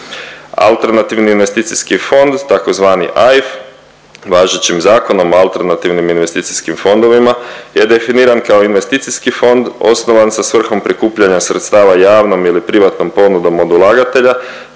Alternativni investicijski fond tzv. AIF važećim Zakonom o alternativnim investicijskim fondovima je definiran kao investicijski fond osnovan sa svrhom prikupljanja sredstava javnom ili privatnom ponudom od ulagatelja